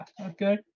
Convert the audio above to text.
Okay